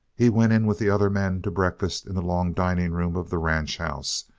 he went in with the other men to breakfast in the long dining-room of the ranch house,